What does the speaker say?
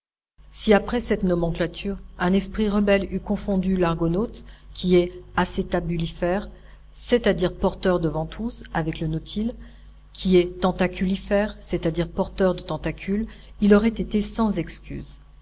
si après cette nomenclature un esprit rebelle eût confondu l'argonaute qui est acétabulifère c'est-à-dire porteur de ventouses avec le nautile qui est tentaculifère c'est-à-dire porteur de tentacules il aurait été sans excuse